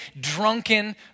drunken